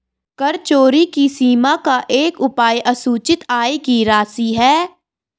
कर चोरी की सीमा का एक उपाय असूचित आय की राशि है